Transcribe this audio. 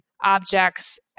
objects